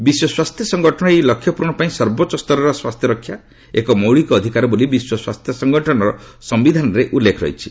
ବିଶ୍ୱ ସ୍ୱାସ୍ଥ୍ୟ ସଂଗଠନର ଏହି ଲକ୍ଷ୍ୟପୂରଣ ପାଇଁ ସର୍ବୋଚ୍ଚସ୍ତରର ସ୍ୱାସ୍ଥ୍ୟ ରକ୍ଷା ଏକ ମୌଳିକ ଅଧିକାର ବୋଲି ବିଶ୍ୱ ସ୍ୱାସ୍ଥ୍ୟସଂଗଠନର ସମ୍ଭିଧାନରେ ଉଲ୍ଲେଖ ରହିଛି